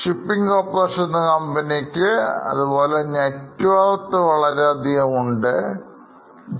Shipping Corporation എന്ന കമ്പനിക്ക് net worth വളരെയധികം ആണ്